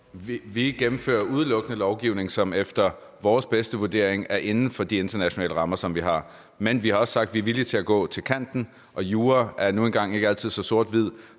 Vi gennemfører udelukkende lovgivning, som efter vores bedste vurdering er inden for de internationale rammer, der er. Men vi har også sagt, at vi er villige til at gå til kanten, og jura er nu engang ikke altid så sort-hvid.